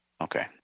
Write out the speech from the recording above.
Okay